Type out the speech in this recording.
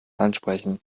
ansprechen